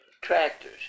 tractors